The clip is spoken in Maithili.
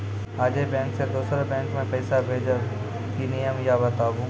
आजे के बैंक से दोसर बैंक मे पैसा भेज ब की नियम या बताबू?